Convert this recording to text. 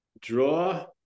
Draw